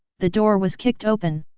the door was kicked open.